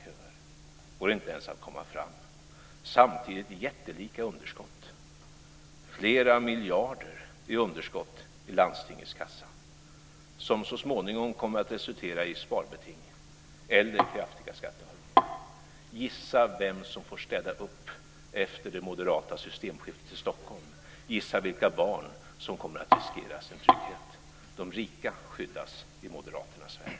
Det går inte ens att komma fram. Samtidigt har man jättelika underskott på flera miljarder i landstingets kassa, som så småningom kommer att resultera i sparbeting eller kraftiga skattehöjningar. Gissa vem som får städa upp efter det moderata systemskiftet i Stockholm. Gissa vilka barn som kommer att riskera sin trygghet. De rika skyddas i moderaternas värld.